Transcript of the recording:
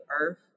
Earth